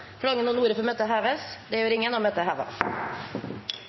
Forlanger noen ordet før møtet heves? – Møtet er